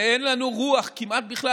ואין לנו רוח כמעט בכלל,